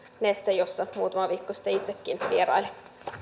neste jossa muutama viikko sitten itsekin vierailin